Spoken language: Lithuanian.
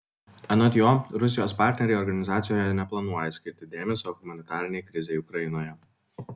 anot jo rusijos partneriai organizacijoje neplanuoja skirti dėmesio humanitarinei krizei ukrainoje